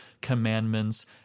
commandments